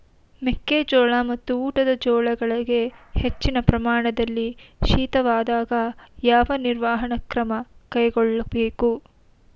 ಮೆಕ್ಕೆ ಜೋಳ ಮತ್ತು ಊಟದ ಜೋಳಗಳಿಗೆ ಹೆಚ್ಚಿನ ಪ್ರಮಾಣದಲ್ಲಿ ಶೀತವಾದಾಗ, ಯಾವ ನಿರ್ವಹಣಾ ಕ್ರಮ ಕೈಗೊಳ್ಳಬೇಕು?